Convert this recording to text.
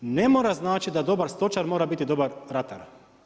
Ne mora značiti da dobar stočar mora biti dobar ratar.